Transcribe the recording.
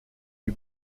eut